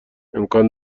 امکان